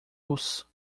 osso